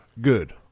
Good